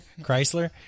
Chrysler